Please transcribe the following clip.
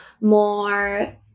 more